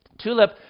TULIP